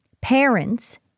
parents